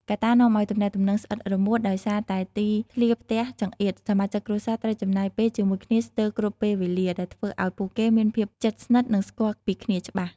កត្តានាំឲ្យ "ទំនាក់ទំនងស្អិតរមួត"ដោយសារតែទីធ្លាផ្ទះចង្អៀត សមាជិកគ្រួសារត្រូវចំណាយពេលជាមួយគ្នាស្ទើរគ្រប់ពេលវេលា ដែលធ្វើឲ្យពួកគេមានភាពជិតស្និទ្ធ និងស្គាល់ពីគ្នាច្បាស់។